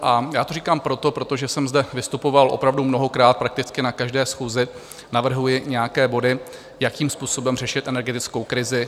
Já to říkám proto, protože jsem zde vystupoval opravdu mnohokrát, prakticky na každé schůzi navrhuji nějaké body, jakým způsobem řešit energetickou krizi.